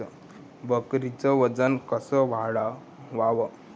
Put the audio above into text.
बकरीचं वजन कस वाढवाव?